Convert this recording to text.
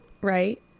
right